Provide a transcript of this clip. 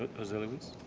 jose luis